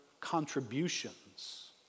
contributions